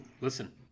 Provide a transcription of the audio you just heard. listen